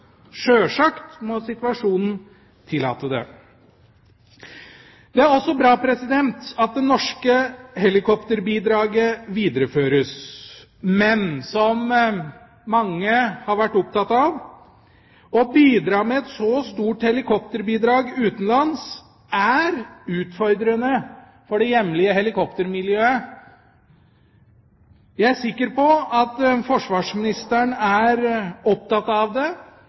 Sjølsagt må situasjonen tillate det. Det er også bra at det norske helikopterbidraget videreføres, men, som mange har vært opptatt av, et så stort helikopterbidrag utenlands er utfordrende for det hjemlige helikoptermiljøet. Jeg er sikker på at forsvarsministeren er opptatt av det,